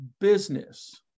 business